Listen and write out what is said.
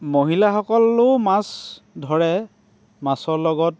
মহিলাসকলেও মাছ ধৰে মাছৰ লগত